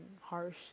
harsh